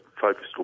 focused